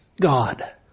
God